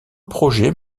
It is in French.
projet